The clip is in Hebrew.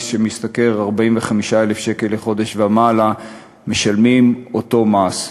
שמשתכר 45,000 שקל לחודש ומעלה משלמים את אותו מס,